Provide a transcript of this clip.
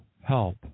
help